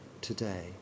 today